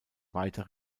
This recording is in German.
weiter